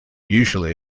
usually